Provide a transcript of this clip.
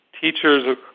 teachers